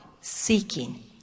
seeking